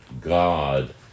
God